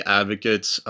advocates